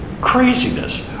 craziness